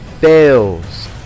fails